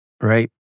right